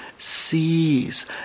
sees